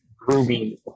grooming